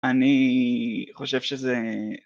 אני חושב שזה